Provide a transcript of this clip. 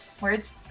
words